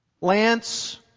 Lance